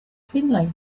friendly